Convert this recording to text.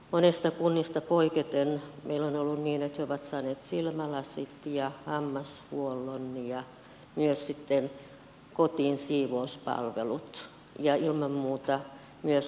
monesta kunnasta poiketen meillä on ollut niin että he ovat saaneet silmälasit ja hammashuollon ja myös sitten kotiin siivouspalvelut ja ilman muuta myös kuntoutusta